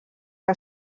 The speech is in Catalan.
que